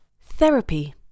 Therapy